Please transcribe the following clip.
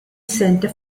center